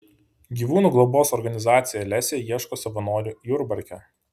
gyvūnų globos organizacija lesė ieško savanorių jurbarke